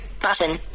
button